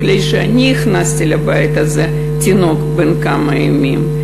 מפני שאני הכנסתי לבית הזה תינוק בן כמה ימים,